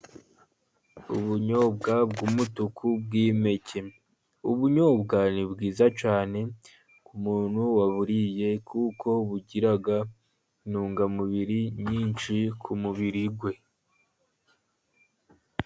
Ubunyobwa bw’umutuku bw’impeke. Ubunyobwa ni bwiza cyane ku muntu waburiye kuko bugira intungamubiri nyinshi ku mubiri we.